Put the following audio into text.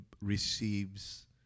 receives